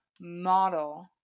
model